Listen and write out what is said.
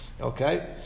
Okay